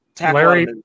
Larry